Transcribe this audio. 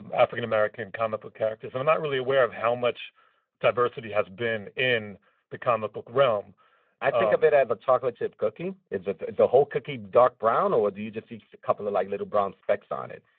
and african-american comic book characters. and i'm not really aware of how much diversity has been in the comic book realm i think of it as a chocolate chip cookie. is the the whole cookie dark brown, or do you just see a couple of, like, little brown specks on it?